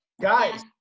Guys